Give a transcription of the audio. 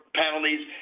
penalties